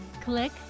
Click